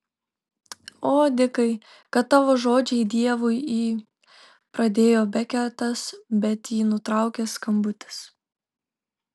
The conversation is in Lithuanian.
o dikai kad tavo žodžiai dievui į pradėjo beketas bet jį nutraukė skambutis